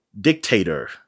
dictator